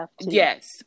Yes